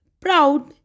proud